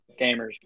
Gamers